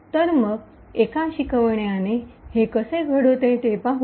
तर मग एका शिकवण्याने हे कसे घडते ते पाहू